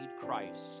Christ